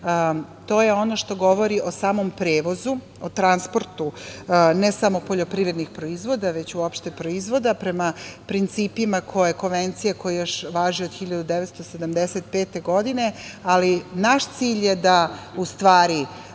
to je ono što govori o samom prevozu, o transportu ne samo poljoprivrednih proizvoda, već uopšte proizvoda, prema principima koje konvencije koje još važe od 1975. godine, ali naš cilj je da u stvari